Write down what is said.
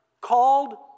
called